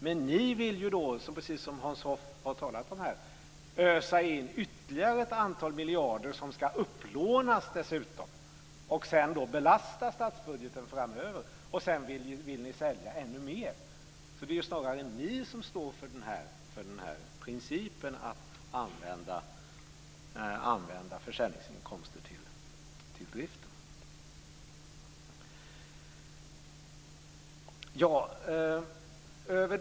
Men Mats Odell m.fl. vill, precis som Hans Hoff har talat om här, ösa in ytterligare ett antal miljarder, som ska upplånas dessutom och sedan belasta statsbudgeten framöver. Sedan vill de sälja ännu mer. Det är ju snarare de som står för principen att använda försäljningsinkomster till driften.